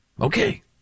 Okay